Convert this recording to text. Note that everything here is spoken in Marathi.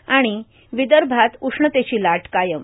आणि विदर्भात उष्णतेची लाट कायम